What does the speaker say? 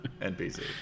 NPC